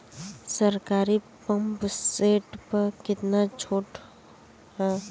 सरकारी pump set प कितना छूट हैं?